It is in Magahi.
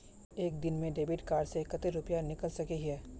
एक दिन में डेबिट कार्ड से कते रुपया निकल सके हिये?